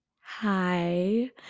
Hi